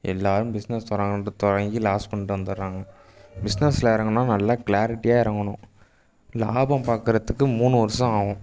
எல்லோரும் பிஸ்னஸ் வர்றாங்கன்ட்டு தொடங்கி லாஸ் பண்ணிட்டு வந்துடறாங்க பிஸ்னஸில் இறங்குனா நல்லா க்ளாரிட்டியாக இறங்கணும் லாபம் பார்க்கறத்துக்கு மூணு வருஷம் ஆகும்